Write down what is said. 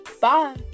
Bye